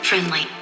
Friendly